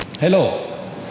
Hello